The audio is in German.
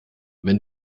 wenn